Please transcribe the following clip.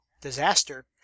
disaster